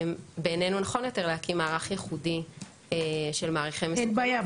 בעינינו נכון יותר להקים מערך ייחודי של מעריכי מסוכנות,